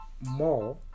more